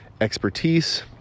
expertise